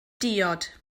diod